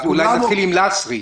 אולי נתחיל עם לסרי.